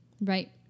Right